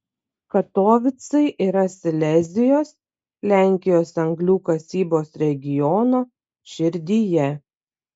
katovicai yra silezijos lenkijos anglių kasybos regiono širdyje